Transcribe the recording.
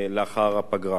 לאחר הפגרה.